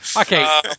Okay